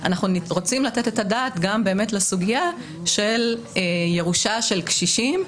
אנחנו רוצים לתת את הדעת גם לסוגיית הירושה של קשישים,